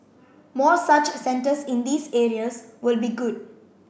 more such centres in these areas would be good